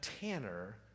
tanner